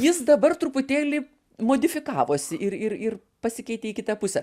jis dabar truputėlį modifikavosi ir ir ir pasikeitė į kitą pusę